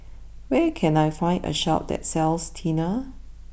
where can I find a Shop that sells Tena